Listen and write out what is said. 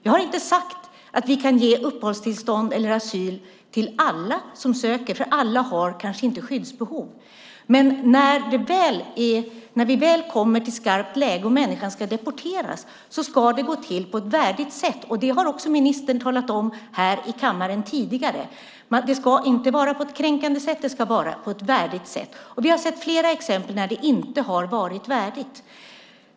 Jag har inte sagt att vi kan ge uppehållstillstånd eller asyl till alla som söker, för alla har kanske inte skyddsbehov. Men när vi väl kommer till skarpt läge och människan ska deporteras ska det gå till på ett värdigt sätt. Det har också ministern talat om här i kammaren tidigare. Det ska inte ske på ett kränkande sätt. Det ska ske på ett värdigt sätt. Vi har sett flera exempel på när det inte har varit värdigt.